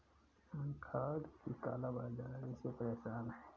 किसान खाद की काला बाज़ारी से परेशान है